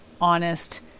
honest